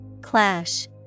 Clash